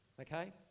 Okay